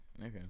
Okay